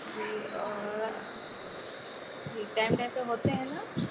जी और जी time time पर होते हैं ना